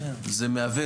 זה מהווה,